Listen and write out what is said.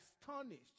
astonished